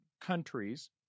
countries